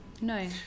No